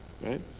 right